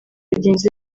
bagenzi